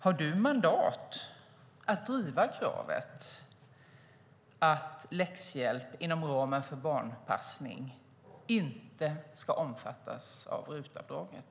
Har du mandat att driva kravet att läxhjälp inom ramen för barnpassning inte ska omfattas av RUT-avdraget?